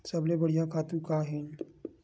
सबले बढ़िया खातु का हे?